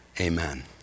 Amen